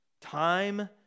Time